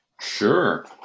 Sure